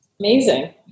Amazing